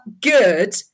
good